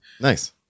nice